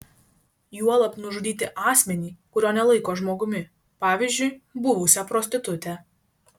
juolab nužudyti asmenį kurio nelaiko žmogumi pavyzdžiui buvusią prostitutę